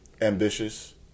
ambitious